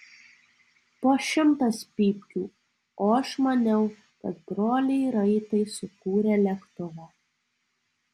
po šimtas pypkių o aš maniau kad broliai raitai sukūrė lėktuvą